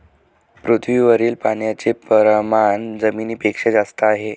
पृथ्वीवरील पाण्याचे प्रमाण जमिनीपेक्षा जास्त आहे